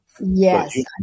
Yes